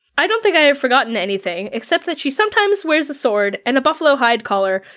i don't think i have forgotten anything except that she sometimes wears a sword and a buffalo hide collar,